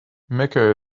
mecca